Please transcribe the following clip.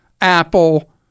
Apple